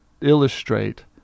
illustrate